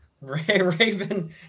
Raven